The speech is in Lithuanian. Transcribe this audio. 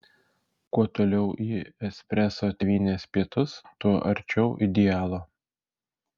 kuo toliau į espreso tėvynės pietus tuo arčiau idealo